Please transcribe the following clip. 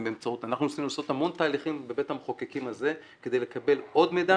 אנחנו ניסינו לעשות המון תהליכים בבית המחוקקים הזה כדי לקבל עוד מידע